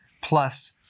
plus